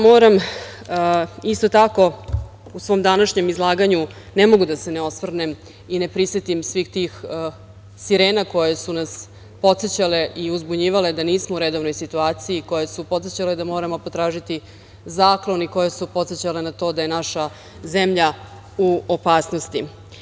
Moram isto tako u svom današnjem izlaganju, ne mogu da se ne osvrnem i ne prisetim svih tih sirena koje su nas podsećale i uzbunjivale da nismo u redovnoj situaciji, koje su podsećale da moramo potražiti zaklon i koje su podsećale na to da je naša zemlja u opasnosti.